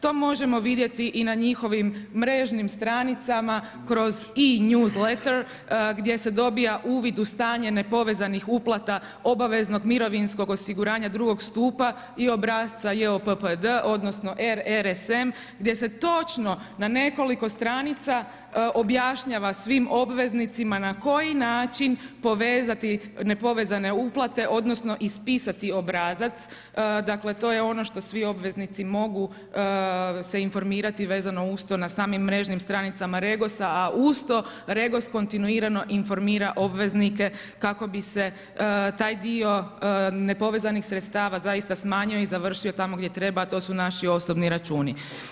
To možemo vidjeti i na njihovim mrežnim stranicama kroz e-new letter, gdje se dobiva uvid u stanje nepovezanih uplata obaveznog mirovinskog osiguranja drugog stupa i obrasca JOPPD, odnosno, RSM, gdje se točno na nekoliko stranica objašnjava svim obveznicima na koji način povezati nepovezane uplate, odnosno, ispisati obrazac dakle, to je ono što svi obveznici se mogu informirati, vezano uz to na samim mrežnim stranicama REGOS-a a uz to REGOS kontinuirano informira obveznike kako bi se taj dio nepovezanih sredstava zaista smanjuje i završio je tamo gdje treba, a to su naši osobni računi.